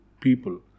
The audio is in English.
people